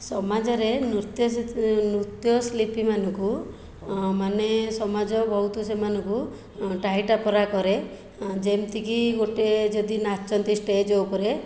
ସମାଜରେ ନୃତ୍ୟ ନୃତ୍ୟ ଶିଳ୍ପୀମାନଙ୍କୁ ମାନେ ସମାଜ ବହୁତ ସେମାନଙ୍କୁ ଟାହି ଟାପରା କରେ ଯେମିତିକି ଗୋଟିଏ ଯଦି ନାଚନ୍ତି ଷ୍ଟେଜ ଉପରେ